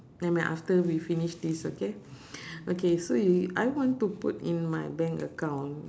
nevermind after we finish this okay okay so if I want to put in my bank account